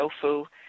tofu